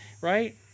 right